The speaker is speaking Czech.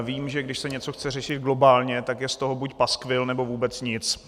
Vím, že když se něco chce řešit globálně, tak je z toho buď paskvil, nebo vůbec nic.